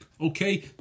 Okay